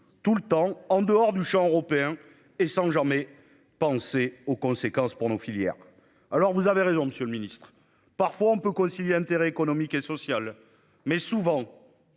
tout le temps en dehors du Champ européen et sans jamais penser aux conséquences pour nos filières. Alors vous avez raison, Monsieur le Ministre, parfois on peut concilier intérêt économique et sociale mais souvent.